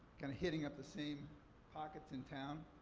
kind of hitting up the same pockets in town.